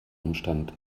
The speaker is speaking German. umstand